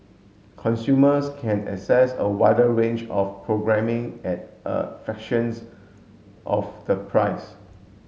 consumers can access a wider range of programming at a fractions of the price